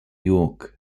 york